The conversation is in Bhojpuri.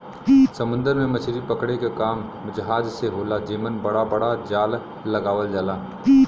समुंदर में मछरी पकड़े क काम जहाज से होला जेमन बड़ा बड़ा जाल लगावल जाला